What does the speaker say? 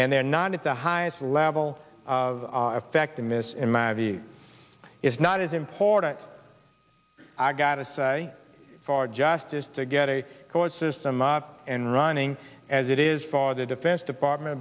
and they're not at the highest level of effect a miss in my view is not as important i gotta say for justice to get a court system up and running as it is for the defense department